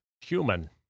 human